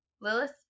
Lilith